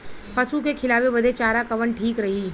पशु के खिलावे बदे चारा कवन ठीक रही?